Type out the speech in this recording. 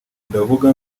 ndavuga